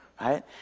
right